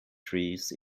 trees